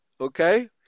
Okay